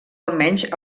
almenys